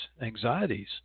anxieties